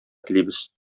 телибез